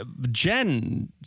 Jen